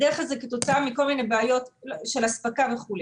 בדרך כלל זה כתוצאה מכל מיני בעיות של אספקה וכו'.